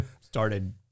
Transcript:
started